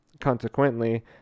consequently